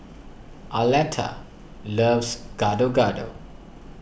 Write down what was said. Arletta loves Gado Gado